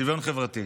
שוויון חברתי.